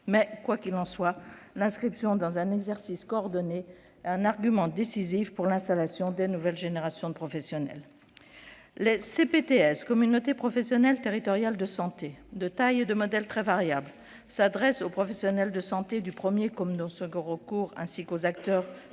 mythe. Quoi qu'il en soit, l'inscription de leur activité dans un exercice coordonné est un argument décisif pour l'installation des nouvelles générations de professionnels. Les communautés professionnelles territoriales de santé, ou CPTS, de taille et de modèle très variables, s'adressent aux professionnels de santé de premier comme de second recours, ainsi qu'aux acteurs du secteur